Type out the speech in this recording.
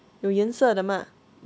有颜色的吗